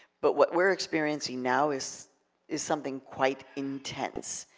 but what we're experiencing now is is something quite intense.